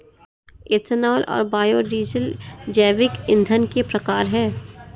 ethanol और biodiesel जैविक ईंधन के प्रकार है